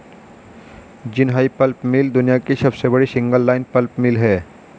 Jinhai pulp mill दुनिया की सबसे बड़ी सिंगल लाइन पल्प मिल है